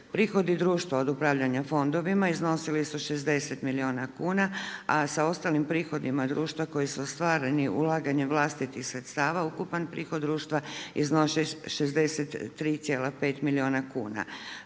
Prihodi društva od upravljanja fondovima iznosili su 60 milijuna kuna, a sa ostalim prihodima društva koji su ostvareni ulaganjem vlastitih sredstava ukupan prihod društva iznosi 63,5 milijuna kuna.